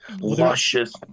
luscious